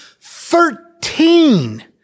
Thirteen